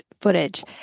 footage